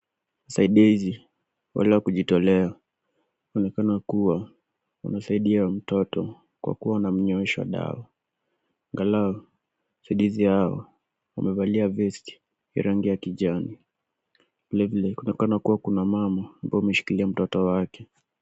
Wazaidisi wale wa kujitolea, wanaonekana kuwa wanasaidia mtoto kwa kuwa wanamnywesha dawa. Angalau wasaidizi hao wamevalia vesti ya rangi ya kijani, vilevile kunaonekana kuna mama ambaye ameshikilia mtoto wake.